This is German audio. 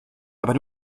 aber